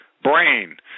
Brain